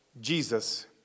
Jesus